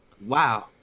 Wow